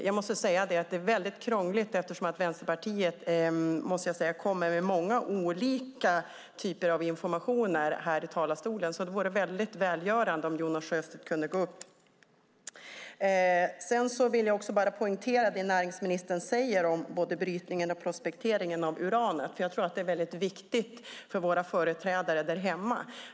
Jag måste säga att det är väldigt krångligt, eftersom Vänsterpartiet kommer med många olika typer av information här i talarstolen. Det vore alltså väldigt välgörande om Jonas Sjöstedt kunde gå upp igen. Sedan vill jag bara poängtera det näringsministern säger om både brytningen och prospekteringen av uranet. Jag tror nämligen att det är väldigt viktigt för våra företrädare där hemma.